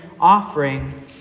offering